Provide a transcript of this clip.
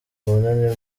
ubunani